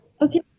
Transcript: Okay